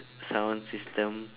sound system